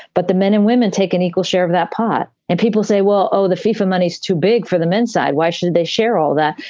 but the men and women take an equal share of that pot and people say, well, oh, the fifa money is too big for the men's side. why should they share all that?